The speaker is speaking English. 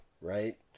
right